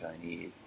Chinese